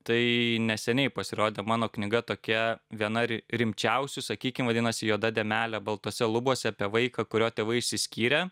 tai neseniai pasirodė mano knyga tokia viena ri rimčiausių sakykim vadinasi juoda dėmelė baltose lubose apie vaiką kurio tėvai išsiskyrė